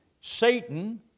Satan